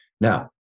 Now